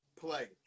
play